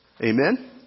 Amen